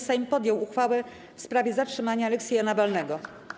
Sejm podjął uchwałę w sprawie zatrzymania Aleksieja Nawalnego.